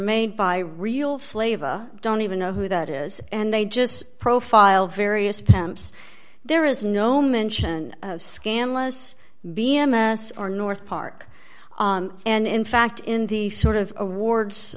made by real flavor don't even know who that is and they just profile various pumps there is no mention of scandalous b m s or north park and in fact in the sort of awards